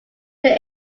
they